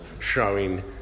showing